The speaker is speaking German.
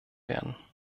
werden